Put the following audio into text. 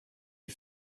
you